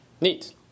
Neat